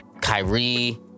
Kyrie